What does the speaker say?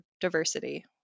diversity